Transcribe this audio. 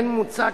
כן מוצע,